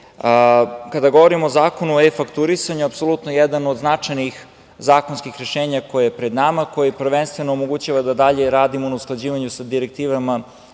govorimo o Zakonu o e-fakturisanju, apsolutno je jedan od značajnijih zakonskih rešenja koji je pred nama, koji prvenstveno omogućava da i dalje radimo na usklađivanju sa direktivama